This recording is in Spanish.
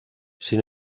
sin